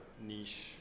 niche